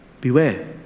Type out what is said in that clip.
Beware